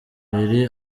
abiri